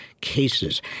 cases